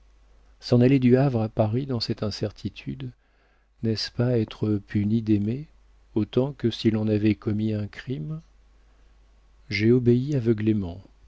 s'en aller du havre à paris dans cette incertitude n'est-ce pas être puni d'aimer autant que si l'on avait commis un crime j'ai obéi aveuglément